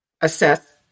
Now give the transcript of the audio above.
assess